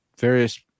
various